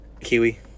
Kiwi